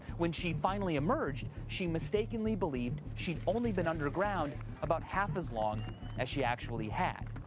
when she finally emerged, she mistakenly believed she'd only been underground about half as long as she actually had.